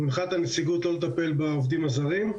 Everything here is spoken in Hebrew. הנחו את הנציגות לא לטפל בעובדים הזרים,